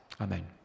Amen